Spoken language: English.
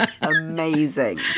amazing